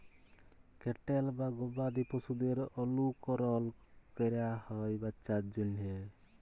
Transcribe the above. cattle বা গবাদি পশুদের অলুকরল ক্যরা হ্যয় বাচ্চার জ্যনহে